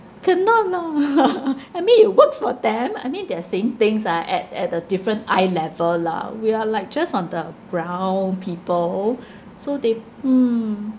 cannot lah I mean it works for them I mean they are saying things ah at at a different eye level lah we are like just on the ground people so they mm